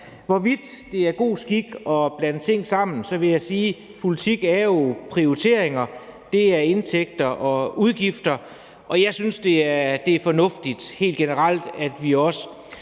hvorvidt det er god skik at blande ting sammen, vil jeg sige, at politik jo er prioriteringer. Det er indtægter og udgifter. Og jeg synes, det er fornuftigt helt